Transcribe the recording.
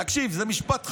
תקשיב, זה משפט חשוב: